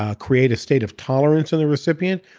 ah create a state of tolerance in the recipient,